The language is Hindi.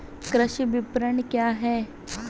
कृषि विपणन क्या है?